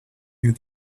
you